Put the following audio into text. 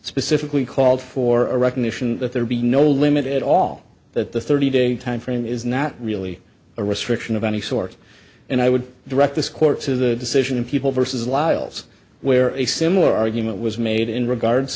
specifically called for a recognition that there be no limit at all that the thirty day timeframe is not really a restriction of any sort and i would direct this court to the decision in people vs lyall's where a similar argument was made in regards